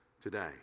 today